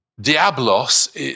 Diablos